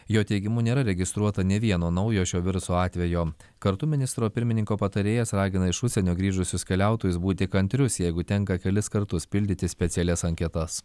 jo teigimu nėra registruota nė vieno naujo šio viruso atvejo kartu ministro pirmininko patarėjas ragina iš užsienio grįžusius keliautojus būti kantrius jeigu tenka kelis kartus pildytis specialias anketas